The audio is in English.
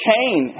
Cain